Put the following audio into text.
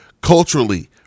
culturally